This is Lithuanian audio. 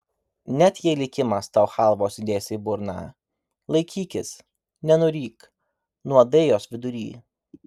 net jei likimas tau chalvos įdės į burną laikykis nenuryk nuodai jos vidury